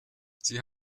sie